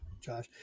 Josh